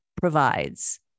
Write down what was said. provides